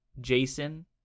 Jason